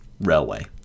railway